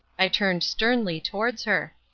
i turned sternly towards her.